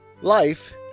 Life